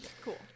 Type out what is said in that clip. Cool